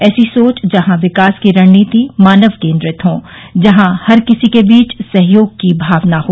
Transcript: ऐसी सोच जहां विकास की रणनीति मानव केन्द्रीत हों जहां हर किसी के बीच सहयोगी की भावना हो